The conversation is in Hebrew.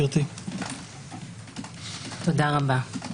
תודה רבה.